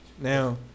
Now